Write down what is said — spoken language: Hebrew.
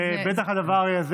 ובטח הדבר הזה,